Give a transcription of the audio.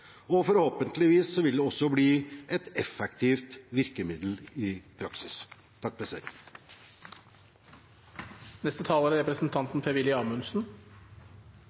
og forhåpentligvis vil det også bli et effektivt virkemiddel i praksis.